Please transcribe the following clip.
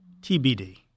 TBD